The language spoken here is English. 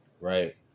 right